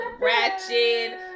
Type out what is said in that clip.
Ratchet